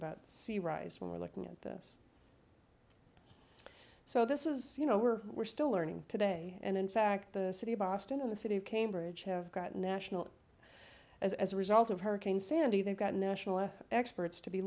about sea rise we're looking at this so this is you know we're we're still learning today and in fact the city of boston and the city of cambridge have gotten national as a result of hurricane sandy they've got national experts to be